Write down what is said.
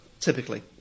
typically